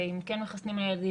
אם כן מחסנים ילדים,